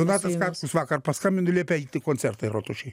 donatas katkus vakar paskambino liepė eit į koncertą į rotušėj